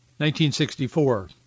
1964